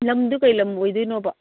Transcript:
ꯂꯝꯗꯨ ꯀꯔꯤ ꯂꯝ ꯑꯣꯏꯗꯣꯏꯅꯣꯕ